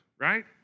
right